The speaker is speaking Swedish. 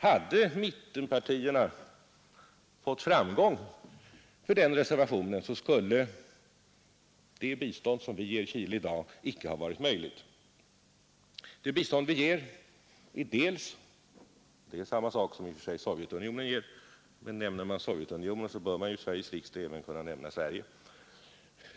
Hade mittenpartierna fått framgång med den reservationen, skulle det bistånd som vi i dag ger Chile icke ha varit möjligt. Det bistånd som vi ger är delvis detsamma som det Sovjetunionen ger, men nämner man Sovjetunionen bör man i Sveriges riksdag också kunna nämna Sverige.